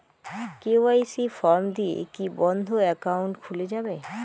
KYC form দিয়ে কি বন্ধ একাউন্ট খুলে যাবে?